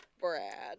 Brad